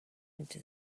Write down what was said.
into